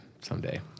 someday